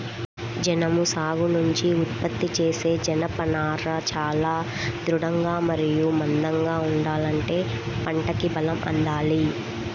జనుము సాగు నుంచి ఉత్పత్తి చేసే జనపనార చాలా దృఢంగా మరియు మందంగా ఉండాలంటే పంటకి బలం అందాలి